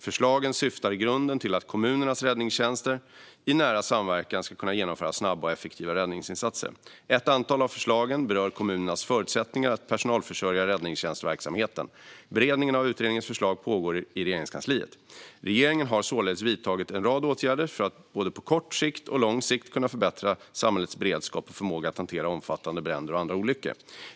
Förslagen syftar i grunden till att kommunernas räddningstjänster i nära samverkan ska kunna genomföra snabba och effektiva räddningsinsatser. Ett antal av förslagen berör kommunernas förutsättningar att personalförsörja räddningstjänstverksamheten. Beredning av utredningarnas förslag pågår i Regeringskansliet. Regeringen har således vidtagit en rad åtgärder för att på både kort och lång sikt kunna förbättra samhällets beredskap och förmåga att hantera omfattande bränder och andra olyckor.